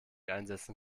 einsetzen